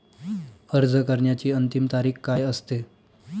अर्ज करण्याची अंतिम तारीख काय असते?